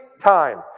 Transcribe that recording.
time